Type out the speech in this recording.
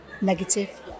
negative